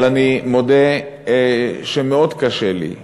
אבל אני מודה שמאוד קשה לי,